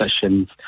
sessions